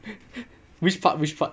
which part which part